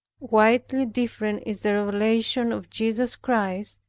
widely different is the revelation of jesus christ,